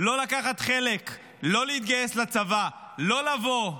לא לקחת חלק, לא להתגייס לצבא, לא לבוא.